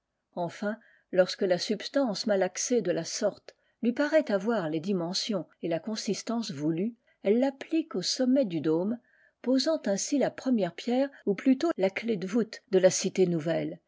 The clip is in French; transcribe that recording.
enfin lorsque la substance malaxée de la orte lui paraît avoir les dimensions et la consistance voulues elle l'applique aç sommet du iôme posant ainsi la première pierre ou plutôt la clef de voûte de la cité nouvelle